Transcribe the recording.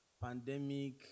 pandemic